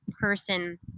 person